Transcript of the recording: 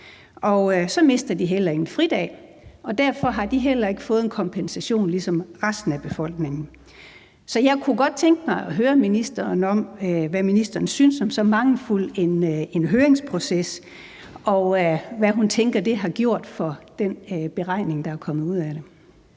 De mister så heller ikke en fridag, og derfor har de heller ikke fået en kompensation ligesom resten af befolkningen. Så jeg kunne godt tænke mig at høre ministeren, hvad ministeren synes om så mangelfuld en høringsproces, og hvad hun tænker det har gjort for den beregning, der er kommet ud af det.